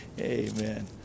Amen